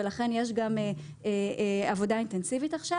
ולכן יש גם עבודה אינטנסיבית עכשיו